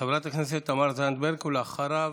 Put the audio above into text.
חברת הכנסת תמר זנדברג, ואחריה,